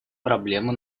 проблемы